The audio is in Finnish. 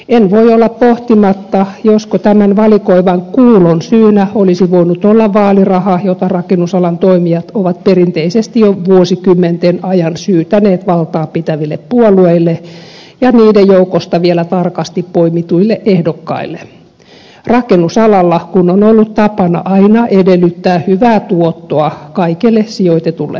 en voi olla pohtimatta josko tämän valikoivan kuulon syynä olisi voinut olla vaaliraha jota rakennusalan toimijat ovat perinteisesti jo vuosikymmenten ajan syytäneet valtaapitäville puolueille ja niiden joukosta vielä tarkasti poimituille ehdokkaille rakennusalalla kun on ollut tapana aina edellyttää hyvää tuottoa kaikelle sijoitetulle pääomalle